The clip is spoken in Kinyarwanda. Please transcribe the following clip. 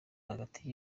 hagati